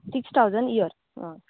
six thousand year हय